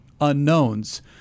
unknowns